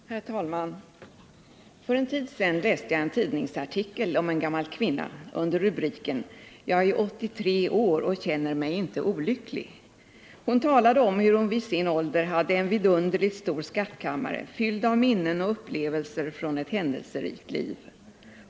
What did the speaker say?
Herr talman! För en tid sedan läste jag en tidningsartikel om en gammal kvinna under rubriken: Jag är 83 år och känner mig inte olycklig. Hon talade om hur hon vid sin ålder hade en vidunderligt stor skattkammare, fylld av minnen och upplevelser från ett händelserikt liv.